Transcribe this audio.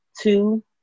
two